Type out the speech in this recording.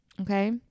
Okay